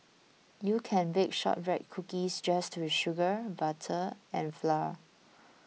you can bake Shortbread Cookies just with sugar butter and flour